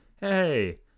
hey